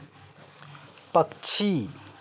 पक्षी